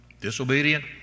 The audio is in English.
Disobedient